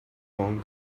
wrong